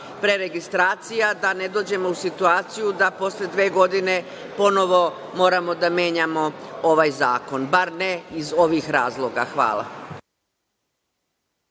preregistracija, da ne dođemo u situaciju da posle dve godine ponovo moramo da menjamo ovaj zakon, bar ne iz ovih razloga. Hvala.